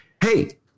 Hey